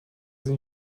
این